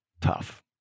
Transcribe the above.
tough